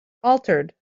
altered